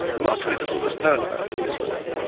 remarkably little was known about the disorder.